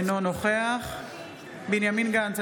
אינו נוכח בנימין גנץ,